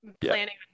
planning